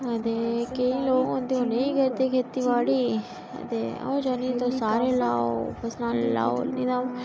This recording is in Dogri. आं ते केईं लोक होंदे ओह् नेईं करदे खेतीबाड़ी आं ते अ'ऊं चाहन्नी तुस सारे लाओ फसलां लाओ नेईं ते